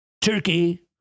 Turkey